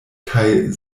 kaj